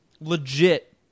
legit